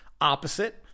Opposite